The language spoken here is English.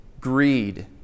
greed